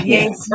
Yes